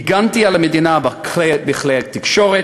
הגנתי על המדינה בכלי התקשורת,